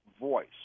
voice